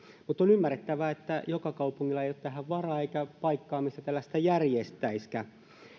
mutta on ymmärrettävää että joka kaupungilla ei ole tähän varaa eikä paikkaa missä tällaista järjestäisikään